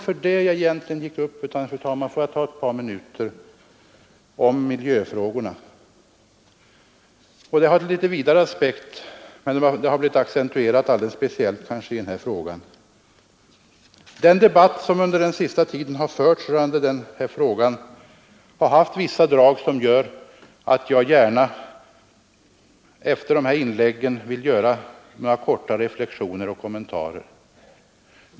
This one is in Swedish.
Får jag, fru talman, tala ett par minuter om miljöfrågorna. De har en vidare aspekt, som kanske accentueras alldeles speciellt i den här frågan. Den debatt som under den senaste tiden förts har haft vissa drag som gör att jag gärna efter dessa inlägg vill kort göra några reflexioner och kommentarer.